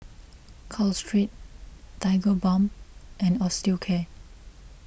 Caltrate Tigerbalm and Osteocare